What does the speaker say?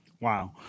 Wow